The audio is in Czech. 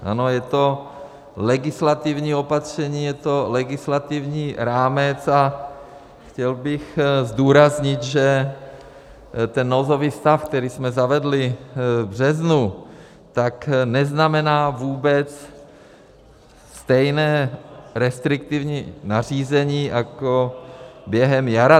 Ano, je to legislativní opatření, je to legislativní rámec, a chtěl bych zdůraznit, že ten nouzový stav, který jsme zavedli v březnu, neznamená vůbec stejné restriktivní nařízení jako během jara.